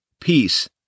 peace